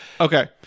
okay